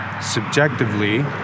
subjectively